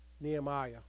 Nehemiah